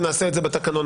ונעשה את זה בתקנון.